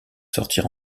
sortir